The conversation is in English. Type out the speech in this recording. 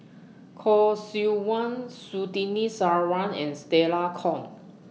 Khoo Seok Wan Surtini Sarwan and Stella Kon